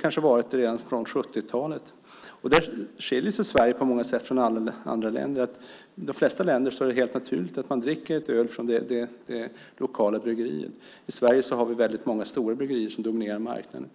kanske ända sedan 70-talet. Där skiljer sig Sverige på många sätt från andra länder. I de flesta länder är det naturligt att man dricker ett öl från det lokala bryggeriet. I Sverige har vi många stora bryggerier som dominerar marknaden.